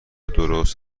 درست